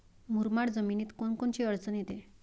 मुरमाड जमीनीत कोनकोनची अडचन येते?